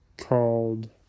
called